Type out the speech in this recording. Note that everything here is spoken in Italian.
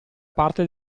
parte